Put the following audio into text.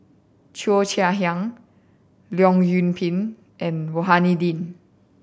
Cheo Chai Hiang Leong Yoon Pin and Rohani Din